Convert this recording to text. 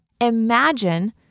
Imagine